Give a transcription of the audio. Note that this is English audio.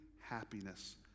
happiness